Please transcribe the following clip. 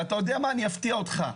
ואני אפתיע אותך,